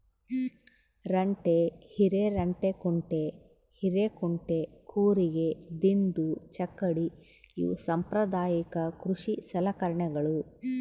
ರಂಟೆ ಹಿರೆರಂಟೆಕುಂಟೆ ಹಿರೇಕುಂಟೆ ಕೂರಿಗೆ ದಿಂಡು ಚಕ್ಕಡಿ ಇವು ಸಾಂಪ್ರದಾಯಿಕ ಕೃಷಿ ಸಲಕರಣೆಗಳು